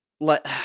let